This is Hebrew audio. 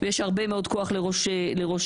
ויש הרבה מאוד כוח לראש מועצה,